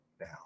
now